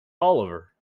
oliver